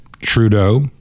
Trudeau